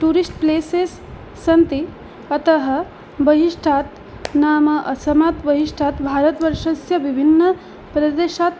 tourist places सन्ति अतः बहिष्टात् नाम असमात् बहिष्टात् भारतवर्षस्य विभिन्नप्रदेशात्